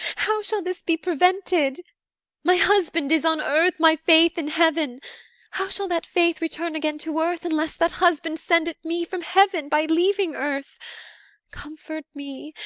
how shall this be prevented my husband is on earth, my faith in heaven how shall that faith return again to earth, unless that husband send it me from heaven by leaving earth comfort me,